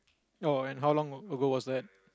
oh and how long ago was that